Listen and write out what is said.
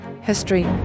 history